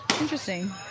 Interesting